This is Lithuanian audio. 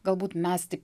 galbūt mes taip